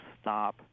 stop